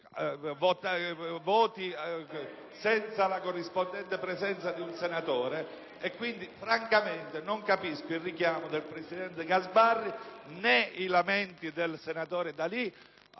senza la corrispondente presenza di senatori. Quindi, francamente non capisco il richiamo del presidente Gasparri né i lamenti del senatore D'Alì